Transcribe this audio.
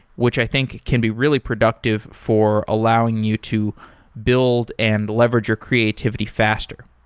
which i think can be really productive for allowing you to build and leverage your creativity faster.